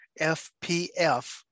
fpf